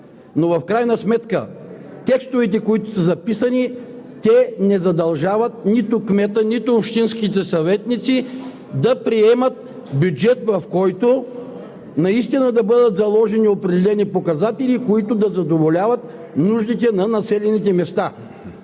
Но в крайна сметка текстовете, които са записани, не задължават нито кмета, нито общинските съветници да приемат бюджет, в който наистина да бъдат заложени определени показатели, които да задоволяват нуждите на населените места.